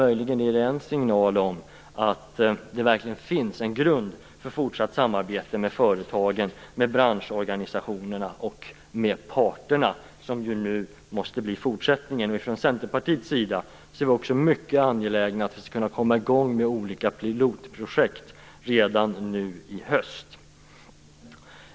Möjligen är det en signal om att det verkligen finns en grund för fortsatt samarbete med företagen, med branschorganisationerna och med parterna. Detta måste ju nu bli fortsättningen. Inom Centerpartiet är vi också mycket angelägna om att vi skall kunna komma i gång med olika pilotprojekt redan nu i höst.